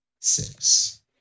six